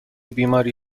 بیماری